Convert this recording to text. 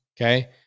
Okay